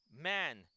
man